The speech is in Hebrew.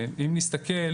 אם נסתכל